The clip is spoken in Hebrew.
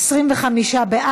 מס' 63), התשע"ט 2018, נתקבל.